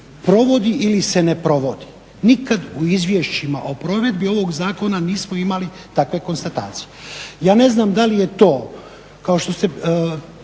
provodi ili se ne provodi. Nikad u izvješćima o provedbi ovog zakona nismo imali takve konstatacije. Ja ne znam da li je to,